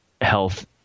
health